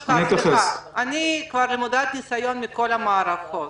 אני כבר למודת ניסיון מכל המערכות.